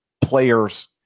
players